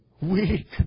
weak